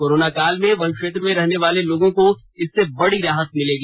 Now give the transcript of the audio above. corona काल में वन क्षेत्र में रहने वाले लोगों को इससे बड़ी राहत मिलेगी